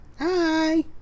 hi